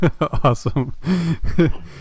Awesome